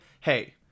hey